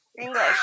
English